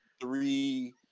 three